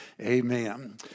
Amen